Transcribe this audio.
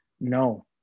no